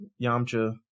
Yamcha